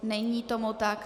Není tomu tak.